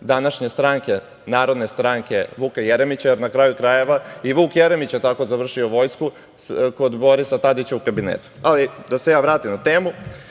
današnje stranke, Narodne stranke Vuka Jeremića, jer na kraju krajeva i Vuk Jeremić je tako završio vojsku kod Borisa Tadića u kabinetu, ali da se ja vratim na temu. Ponoš